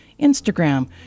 Instagram